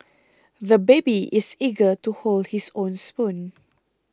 the baby is eager to hold his own spoon